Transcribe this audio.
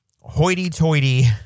hoity-toity